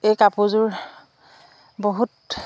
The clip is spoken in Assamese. এই কাপোৰযোৰ বহুত